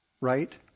right